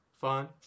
Fun